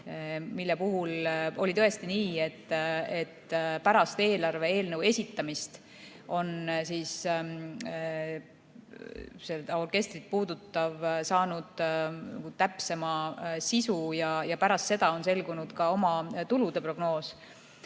Selle puhul oli tõesti nii, et pärast eelarve eelnõu esitamist on seda orkestrit puudutav saanud täpsema sisu ja pärast seda on selgunud ka omatulude prognoos.